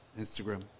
Instagram